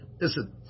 Listen